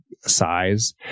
size